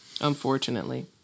unfortunately